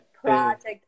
project